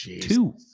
two